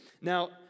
Now